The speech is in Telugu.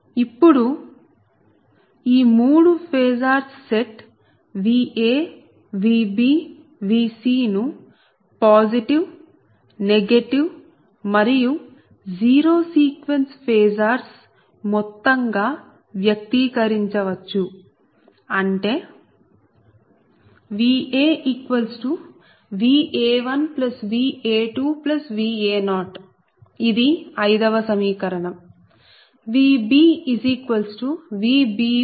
ఇప్పుడు ఈ మూడు phasors set Va Vb Vc ను పాజిటివ్ నెగటివ్ మరియు జీరో సీక్వెన్స్ ఫేసార్స్ మొత్తంగా వ్యక్తీకరించవచ్చు అంటే VaVa1Va2Va0 ఇది 5 వ సమీకరణం